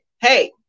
Hey